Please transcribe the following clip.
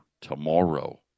tomorrow